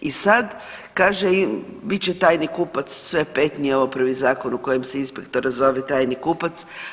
I sad kaže bit će tajni kupac, sve pet, nije ovo prvi zakon u kojem se inspektor zove tajni kupac.